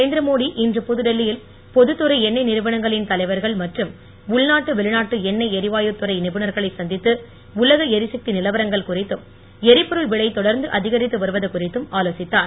நரேந்திரமோடி இன்று புதுடெல்லியில் பொதுத்துறை எண்ணெய் நிறுவனங்களின் தலைவர்கள் மற்றும் உன்நாட்டு வெளிநாட்டு எண்ணெய் எரிவாயு துறை நிபுணர்களை சந்தித்து உலக எரிசக்தி நிலவரங்கள் குறித்தும் எரிபொருள் விலை தொடர்ந்து அதிகரித்து வருவது குறித்தும் ஆலோசித்தார்